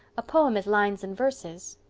a poem is lines and verses.